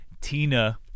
Tina